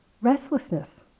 restlessness